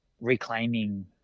reclaiming